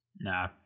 Nah